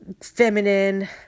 feminine